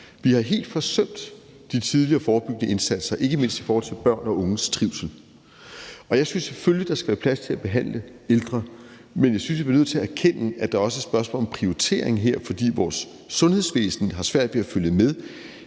Vi har helt forsømt de tidlige og forebyggende indsatser, ikke mindst i forhold til børn og unges trivsel. Jeg synes selvfølgelig, at der skal være plads til at behandle ældre, men jeg synes, vi bliver nødt til at erkende, at det også er et spørgsmål om prioritering her, fordi vores sundhedsvæsen har svært ved at følge med.